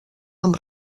amb